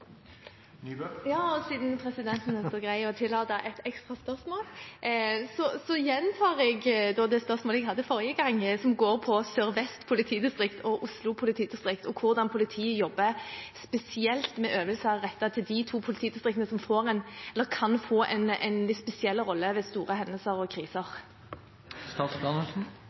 Siden presidenten er så grei og tillater et ekstra spørsmål, gjentar jeg det spørsmålet som handler om Oslo politidistrikt og Sør-Vest politidistrikt og hvordan politiet jobber spesielt med øvelser rettet mot de to politidistriktene, som kan få en litt spesiell rolle ved store hendelser og